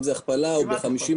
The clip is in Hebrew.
האם זאת הכפלה או 50%?